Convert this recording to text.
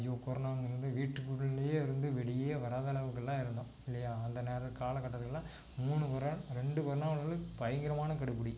ஐயோ கொரோனா வந்ததுலேருந்து வீட்டுக்குள்ளேயே இருந்து வெளியே வராத அளவுக்கெல்லாம் இருந்தோம் இல்லையா அந்த நேரம் காலக்கட்டத்துலலாம் மூணு முறை ரெண்டு கொரோனாவில் வந்து பயங்கரமான கெடுபுடி